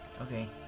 Okay